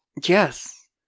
Yes